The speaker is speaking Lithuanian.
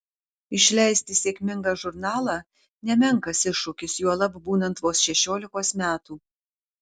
išleisti sėkmingą žurnalą nemenkas iššūkis juolab būnant vos šešiolikos metų